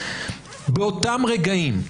באותם רגעים,